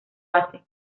hace